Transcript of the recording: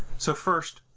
so first,